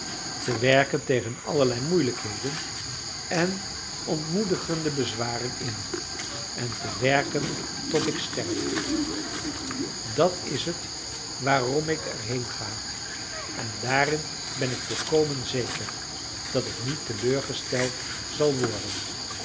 te werken tegen allerlei moeielijkheden en ontmoedigende bezwaren in en te werken tot ik sterf dat is het waarom ik er heenga en daarin ben ik volkomen zeker dat ik niet teleurgesteld zal worden